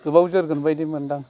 गोबाव जोरगोन बाइदि मोनदां